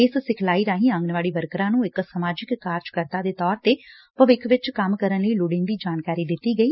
ਇਸ ਸਿਖਲਾਈ ਰਾਹੀ ਆਂਗਨਵਾਤੀ ਵਰਕਰਾਂ ਨੂੰ ਇੱਕ ਸਮਾਜਿਕ ਕਾਰਜ ਕਰਤਾ ਦੇ ਤੌਰ ਤੇ ਭਵਿੱਖ ਵਿੱਚ ਕੰਮ ਕਰਨ ਲਈ ਲੋੜੀਦੀ ਜਾਣਕਾਰੀ ਦਿੱਤੀ ਗਈ